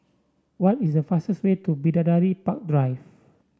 what is the fastest way to Bidadari Park Drive